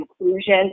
inclusion